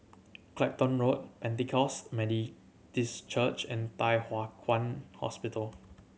Clacton Road Pentecost Church and Thye Hua Kwan Hospital